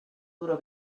duro